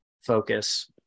focus